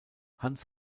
hans